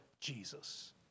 Jesus